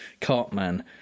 Cartman